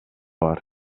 бар